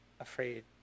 afraid